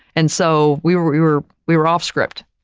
and so, we were, we were we were off script,